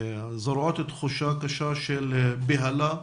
זורעות תחושה קשה של בהלה,